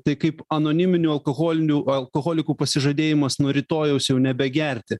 tai kaip anoniminių alkoholinių alkoholikų pasižadėjimas nuo rytojaus jau nebegerti